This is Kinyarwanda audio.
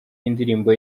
indirimbo